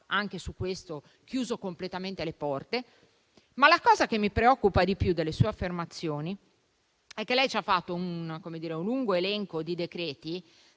anche su questo ha chiuso completamente le porte. Ciò che mi preoccupa di più delle sue affermazioni è che ci ha fatto un lungo elenco di decreti